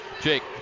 Jake